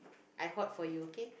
I hoard for you okay